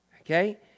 Okay